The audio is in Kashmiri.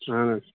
اَہَن حظ